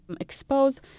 exposed